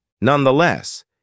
Nonetheless